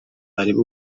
ntareba